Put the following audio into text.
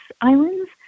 islands